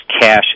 cash